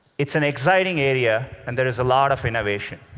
it's an exciting area, and there is a lot of innovation.